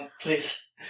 please